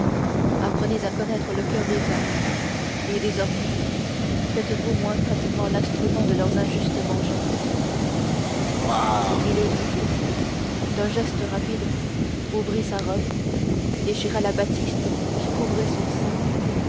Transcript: apprenez à connaître le coeur des hommes et désormais faites-vous moins facilement l'instrument de leurs injustes vengeances milady d'un geste rapide ouvrit sa robe déchira la batiste qui couvrait son sein